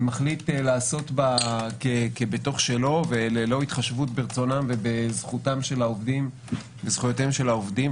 מחליט לעשות בה כבתוך שלו ללא התחשבות ברצונם ובזכויותיהם של העובדים,